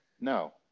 no